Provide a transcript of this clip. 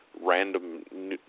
random